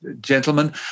Gentlemen